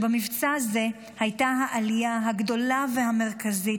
במבצע זה הייתה העלייה הגדולה והמרכזית,